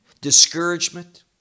Discouragement